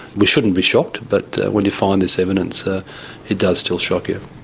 we shouldn't be shocked but when you find this evidence ah it does still shock you.